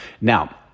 Now